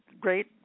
great